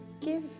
give